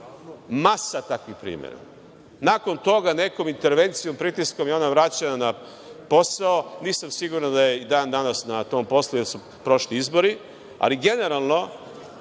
masu takvih primera. Nakon toga, nekom intervencijom, pritiskom, ona je vraćena na posao. Nisam siguran da je ona i dan danas na tom poslu jer su prošli izbori, ali generalno,